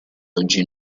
oggi